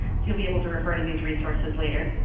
so you'll be able to refer to these resources later.